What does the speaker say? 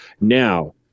Now